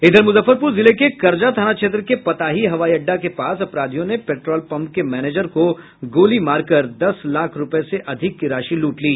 इधर मुजफ्फरपुर जिले के कर्जा थाना क्षेत्र के पताही हवाईअड्डा के पास अपराधियों ने पेट्रोल पंप के मैनेजर को गोली मारकर दस लाख रूपये से अधिक की राशि लूट ली